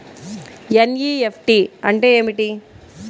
NEFT అంటే ఏమిటి?